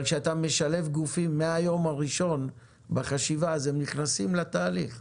אבל כשאתה משלב בחשיבה גופים מהיום הראשון הם נכנסים לתהליך.